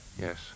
Yes